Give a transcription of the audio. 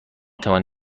توانم